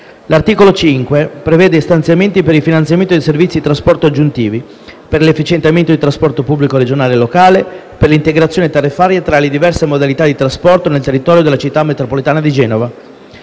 L’articolo 5 prevede stanziamenti per il finanziamento di servizi di trasporto aggiuntivi, per l’efficientamento del trasporto pubblico regionale e locale, per l’integrazione tariffaria tra le diverse modalità di trasporto nel territorio della città metropolitana di Genova.